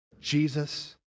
Jesus